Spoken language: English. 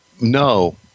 No